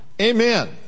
Amen